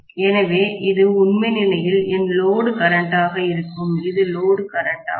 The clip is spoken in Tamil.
எனவே இது உண்மையில் என் லோடு கரண்ட்டாக இருக்கும் இது லோடு கரண்ட்டாகும்